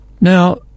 Now